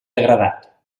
degradat